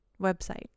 website